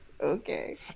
okay